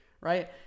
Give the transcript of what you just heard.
right